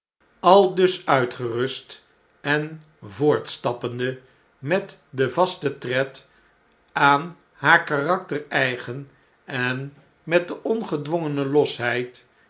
aldus uitgerust en voortstappende met den vasten tred aan haar karakter eigen en met de ongedwongene losheid